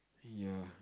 ya